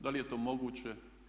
Da li je to moguće?